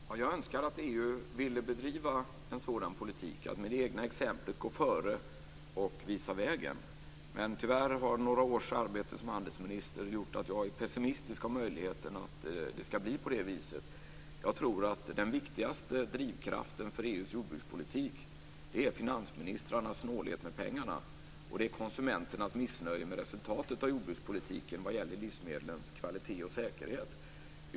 Fru talman! Jag önskar att EU ville bedriva en sådan politik, att med egna exempel gå före och visa vägen. Tyvärr har några års arbete som handelsminister gjort att jag är pessimistisk när det gäller möjligheten att det ska bli på det viset. Jag tror att den viktigaste drivkraften för EU:s jordbrukspolitik är finansministrarnas snålhet med pengarna och konsumenternas missnöje med resultatet av jordbrukspolitiken vad gäller livsmedlens kvalitet och säkerhet.